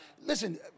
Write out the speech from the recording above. Listen